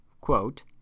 quote